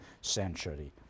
century